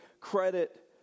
credit